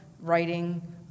writing